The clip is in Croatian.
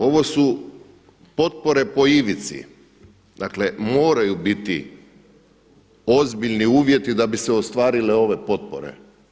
Ovo su potpore po ivici, dakle moraju biti ozbiljni uvjeti da bi se ostvarile ove potpore.